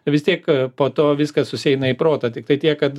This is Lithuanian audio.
vis tiek po to viskas susieina į protą tiktai tiek kad